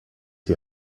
die